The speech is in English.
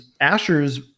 Asher's